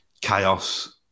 chaos